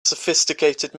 sophisticated